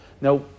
Now